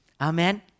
Amen